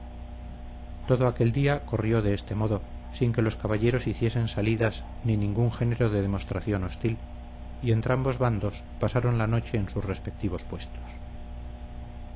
todo aquel día corrió de este modo sin que los caballeros hiciesen salidas ni ningún género de demostración hostil y entrambos bandos pasaron la noche en sus respectivos puestos